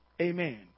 amen